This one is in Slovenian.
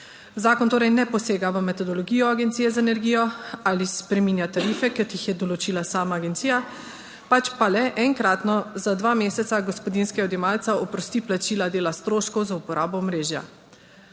Zakon torej ne posega v metodologijo Agencije za energijo ali spreminja tarife, kot jih je določila sama agencija, pač pa le enkratno, za dva meseca, gospodinjske odjemalca oprosti plačila dela stroškov za uporabo omrežja.